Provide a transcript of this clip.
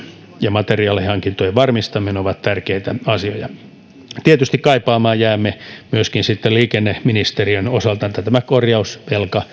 ja materiaalihankintojen varmistaminen ovat tärkeitä asioita tietysti kaipaamaan jäämme sitten myöskin liikenneministeriön osalta tähän korjausvelkarahaan